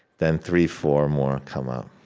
then three, four more come up.